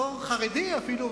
בתור חרדי אפילו,